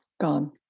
gone